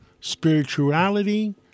spirituality